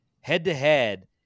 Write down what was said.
Head-to-head